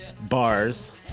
Bars